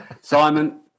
Simon